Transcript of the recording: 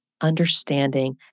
understanding